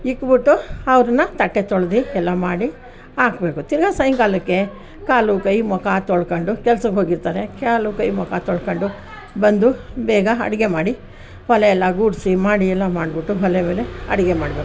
ಇಟ್ಬಿಟ್ಟು ಅವ್ರನ್ನು ತಟ್ಟೆ ತೊಳ್ದು ಎಲ್ಲ ಮಾಡಿ ಹಾಕ್ಬೇಕು ತಿರ್ಗಾ ಸಾಯಂಕಾಲಕ್ಕೆ ಕಾಲು ಕೈ ಮುಖ ತೊಳ್ಕೊಂಡು ಕೆಲ್ಸಕ್ಕೆ ಹೋಗಿರ್ತಾರೆ ಕಾಲು ಕೈ ಮುಖ ತೊಳ್ಕೊಂಡು ಬಂದು ಬೇಗ ಅಡುಗೆ ಮಾಡಿ ಒಲೆ ಎಲ್ಲ ಗುಡಿಸಿ ಮಾಡಿ ಎಲ್ಲ ಮಾಡಿಬಿಟ್ಟು ಒಲೆ ಮೇಲೆ ಅಡುಗೆ ಮಾಡಬೇಕು